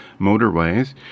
motorways